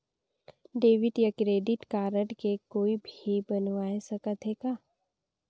Debit या credit card के कोई भी बनवाय सकत है का?